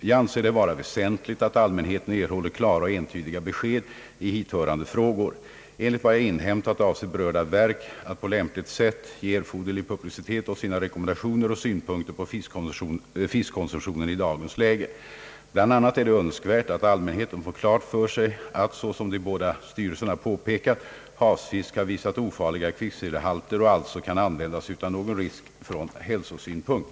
Jag anser det vara väsentligt att allmänheten erhåller klara och entydiga besked i hithörande frågor. Enligt vad jag inhämtat avser berörda verk att på lämpligt sätt ge erforderlig publicitet åt sina rekommendationer och synpunkter på fiskkonsumtionen i dagens läge. Bl. a. är det önskvärt att allmänheten får klart för sig att — såsom de båda styrelserna påpekat — havsfisk har visat ofarliga kvicksilverhalter och alltså kan användas utan någon risk från hälsosynpunkt.